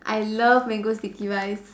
I love mango sticky rice